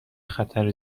خطر